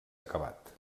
acabat